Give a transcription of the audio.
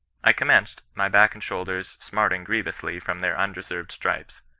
i com menced, my back and shoulders smarting grievously from their undeserved stripes.